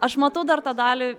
aš matau dar tą dalį